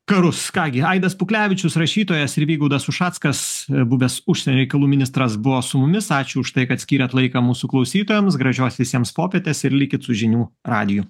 karus ką gi aidas puklevičius rašytojas ir vygaudas ušackas buvęs užsienio reikalų ministras buvo su mumis ačiū už tai kad skyrėt laiką mūsų klausytojams gražios visiems popietės ir likit su žinių radiju